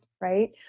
right